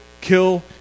kill